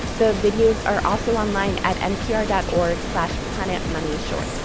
the videos are also online at npr dot org slash planetmoneyshorts.